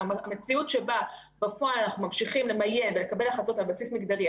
המציאות שבה בפועל אנחנו ממשיכים למיין ולקבל החלטות על בסיס מגדרי,